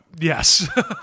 Yes